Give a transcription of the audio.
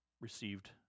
received